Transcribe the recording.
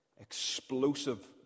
explosive